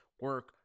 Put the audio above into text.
Work